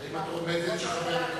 חברת